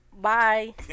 Bye